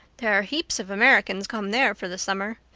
there are heaps of americans come there for the summer.